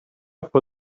for